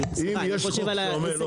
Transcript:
סליחה אני חושב על העסק הקטן.